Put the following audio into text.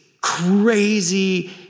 crazy